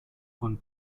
von